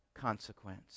consequence